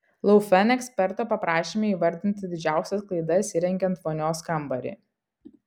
laufen eksperto paprašėme įvardinti didžiausias klaidas įrengiant vonios kambarį